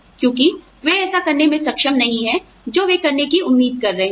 क्योंकि वे ऐसा करने में सक्षम नहीं हैं जो वे करने की उम्मीद कर रहे हैं